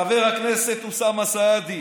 חבר הכנסת אוסמה סעדי,